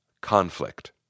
Conflict